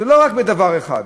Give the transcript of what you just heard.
זה לא רק בדבר אחד.